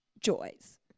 joys